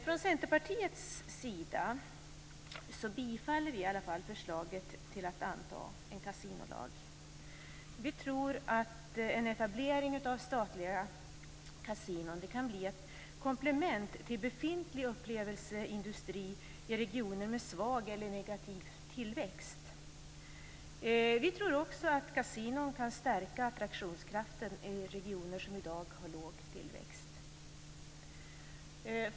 Från Centerpartiets sida tillstyrker vi förslaget att anta en kasinolag. Vi tror att en etablering av statliga kasinon kan bli ett komplement till befintlig upplevelseindustri i regioner med svag eller negativ tillväxt. Vi tror också att kasinon kan stärka attraktionskraften i regioner som i dag har låg tillväxt.